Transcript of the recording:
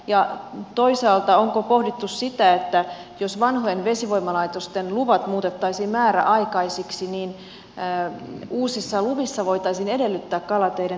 ja toisaalta onko pohdittu sitä että jos vanhojen vesivoimalaitosten luvat muutettaisiin määräaikaisiksi niin uusissa luvissa voitaisiin edellyttää kalateiden toteuttamista